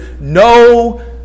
no